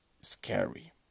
scary